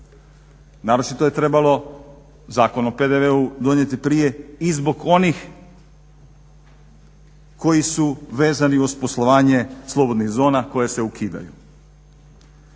Naročito je trebalo Zakon o PDV-u donijet prije i zbog onih koji su vezani uz poslovanje slobodnih zona koje se ukidaju.